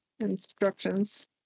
Instructions